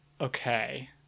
Okay